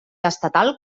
estatal